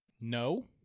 No